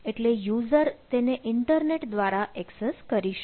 એટલે યુઝર તેને ઈન્ટરનેટ દ્વારા એક્સેસ કરી શકે